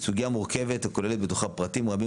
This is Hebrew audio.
סוגיה מורכבת הכוללת בתוכה פרטים רבים,